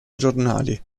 giornali